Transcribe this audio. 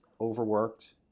overworked